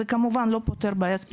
זה כמובן לא פותר בעיה ספציפית של יונתן.